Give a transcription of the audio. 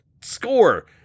score